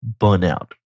burnout